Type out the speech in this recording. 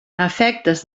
efectes